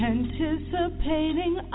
Anticipating